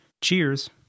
Cheers